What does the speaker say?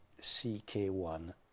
CK1